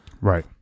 Right